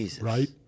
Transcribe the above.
Right